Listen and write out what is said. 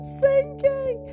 sinking